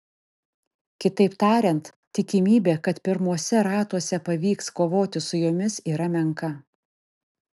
kitaip tariant tikimybė kad pirmuose ratuose pavyks kovoti su jomis yra menka